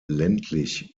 ländlich